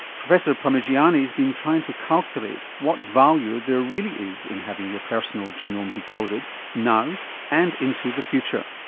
professor parmigiani's been trying to calculate what value there really is in having your personal genome decoded now and into the future.